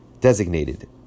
Designated